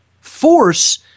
Force